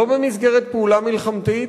לא במסגרת פעולה מלחמתית,